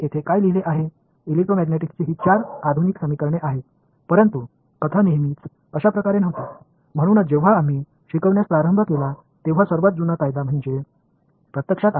எனவே நான் இங்கே எலெக்ட்ரோமேக்னெட்டிக்ஸ் நான்கு நவீன சமன்பாடுகளை எழுதியுள்ளேன் எனவே நாம் பழமையான விதியான கூலொம்பின் Coulomb's விதியினை அனைவரும் உயர்நிலைப் பள்ளியில் படித்திருக்கிறோம்